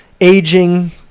aging